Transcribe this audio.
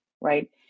right